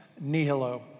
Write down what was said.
nihilo